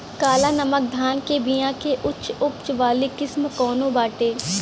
काला नमक धान के बिया के उच्च उपज वाली किस्म कौनो बाटे?